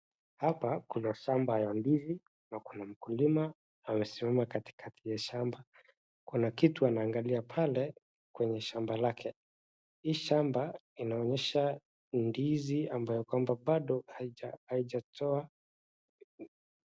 Hapa kuna shamba la mandizi hapa. Kuna mkulima amesimama katikati ya shamba. Kuna kitu anangalia pale kwenye shamba lake .Hii shamba inaonyesha ndizi ambaye kwamba bado hijatoa.